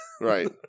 right